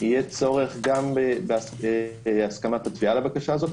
יהיה צורך גם בהסכמת התביעה לבקשה הזאת,